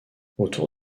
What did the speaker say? autour